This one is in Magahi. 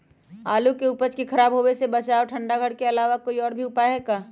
आलू के उपज के खराब होवे से बचाबे ठंडा घर के अलावा कोई और भी उपाय है का?